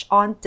on